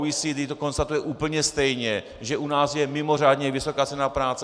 OECD to konstatuje úplně stejně, že u nás je mimořádně vysoká cena práce.